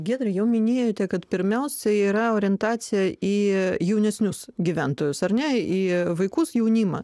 giedrė jau minėjote kad pirmiausia yra orientacija į jaunesnius gyventojus ar ne į vaikus jaunimą